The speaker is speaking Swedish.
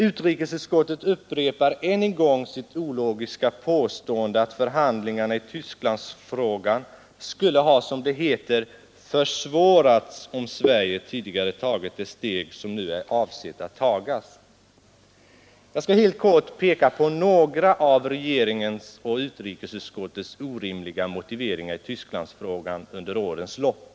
Utrikesutskottet upprepar än en gång sitt ologiska påstående att förhandlingarna i Tysklandsfrågan skulle ha ”försvårats” om Sverige tidigare tagit det steg som nu är avsett att tagas. Jag skall helt kort peka på några av regeringens och utrikes utskottets orimliga motiveringar i Tysklandsfrågan under årens lopp.